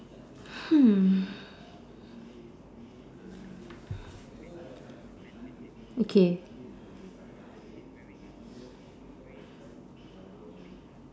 hmm okay